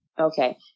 Okay